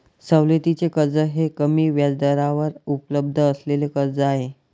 सवलतीचे कर्ज हे कमी व्याजदरावर उपलब्ध असलेले कर्ज आहे